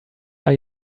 are